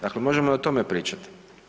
Dakle možemo i o tome pričati.